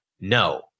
No